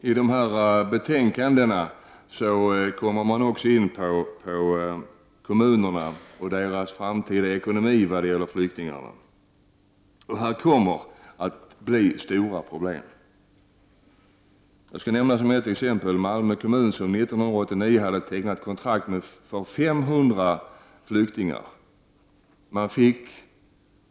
I dessa betänkanden kommer man också in på kommunernas framtida ekonomi vad gäller flyktingarna. Här kommer det att bli stora problem. Jag skall som ett exempel nämna Malmö kommun, som 1989 hade tecknat kontrakt för 500 flyktingar.